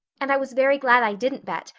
and i was very glad i didn't bet,